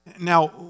Now